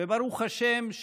וברוך השם,